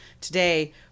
today